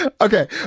Okay